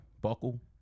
buckle